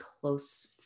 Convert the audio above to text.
close